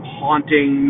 haunting